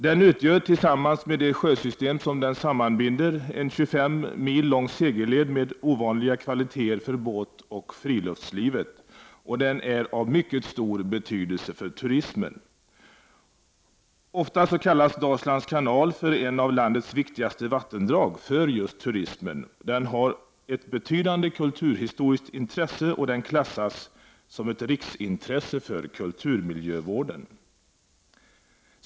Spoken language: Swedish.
Den utgör tillsammans med det sjösystem som den sammanbinder en 25 mil lång segelled med ovanliga kvaliteter för båtoch friluftslivet, och den är av mycket stor betydelse för turismen. Ofta kallas Dalslands kanal ett av landets viktigaste vattendrag för just turismen. Den har ett betydande kulturhistoriskt intresse, och den klassas som ett riksintresse för kulturmiljövården.